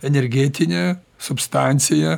energetinę substanciją